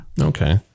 okay